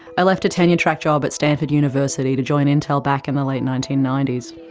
i left a tenure track job at stanford university to join intel back in the late nineteen ninety s.